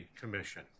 commission